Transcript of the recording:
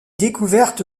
découverte